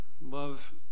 Love